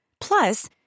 Plus